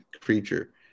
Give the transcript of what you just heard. creature